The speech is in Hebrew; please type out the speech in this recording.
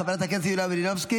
חברת הכנסת יוליה מלינובסקי,